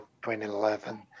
2011